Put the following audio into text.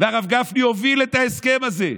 והרב גפני הוביל את ההסכם הזה,